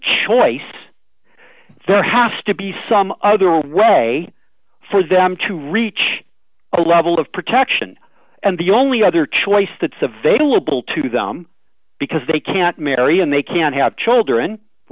choice there has to be some other way for them to reach a level of protection and the only other choice that's available to them because they can't marry and they can't have children at